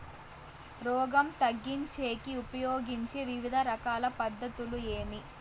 రోగం తగ్గించేకి ఉపయోగించే వివిధ రకాల పద్ధతులు ఏమి?